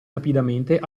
rapidamente